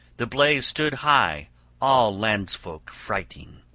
the blaze stood high all landsfolk frighting.